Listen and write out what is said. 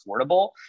affordable